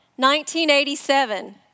1987